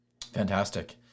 fantastic